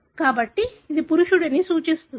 కాబట్టి ఇది పురుషుడిని సూచిస్తుంది